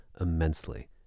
immensely